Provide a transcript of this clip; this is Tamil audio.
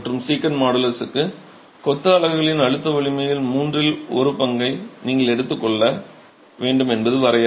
மற்றும் சீகண்ட் மாடுலஸுக்கு கொத்து அலகுகளின் அழுத்த வலிமையில் மூன்றில் ஒரு பங்கை நீங்கள் எடுத்துக் கொள்ள வேண்டும் என்பது வரையறை